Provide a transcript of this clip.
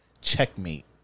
Checkmate